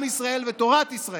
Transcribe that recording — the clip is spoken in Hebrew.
עם ישראל ותורת ישראל.